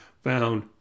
Found